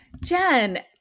Jen